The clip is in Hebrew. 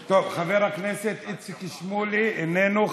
טוב, חבר הכנסת איציק שמולי, איננו.